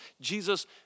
Jesus